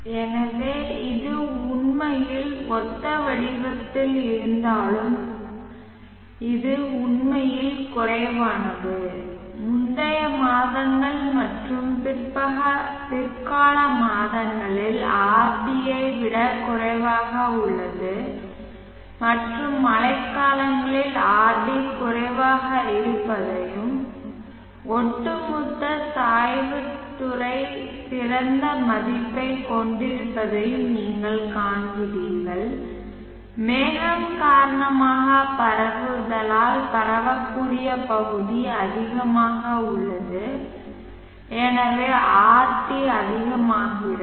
எனவே இது உண்மையில் ஒத்த வடிவத்தில் இருந்தாலும் இது உண்மையில் குறைவானது முந்தைய மாதங்கள் மற்றும் பிற்கால மாதங்களில் Rd ஐ விட குறைவாக உள்ளது மற்றும் மழைக்காலங்களில் Rd குறைவாக இருப்பதையும் ஒட்டுமொத்த சாய்வுத் துறை சிறந்த மதிப்பைக் கொண்டிருப்பதையும் நீங்கள் காண்கிறீர்கள் மேகம் காரணமாக பரவுவதால் பரவக்கூடிய பகுதி அதிகமாக உள்ளது எனவே Rt அதிகமாகிறது